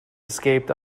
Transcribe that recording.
escaped